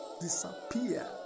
disappear